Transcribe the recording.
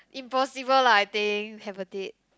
impossible lah I think have a date